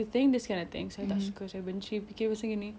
boleh anxiety [tau] ya cause